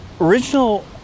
original